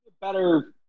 better